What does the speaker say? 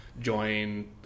join